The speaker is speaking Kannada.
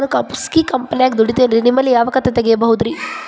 ನಾನು ಖಾಸಗಿ ಕಂಪನ್ಯಾಗ ದುಡಿತೇನ್ರಿ, ನಿಮ್ಮಲ್ಲಿ ಯಾವ ಖಾತೆ ತೆಗಿಬಹುದ್ರಿ?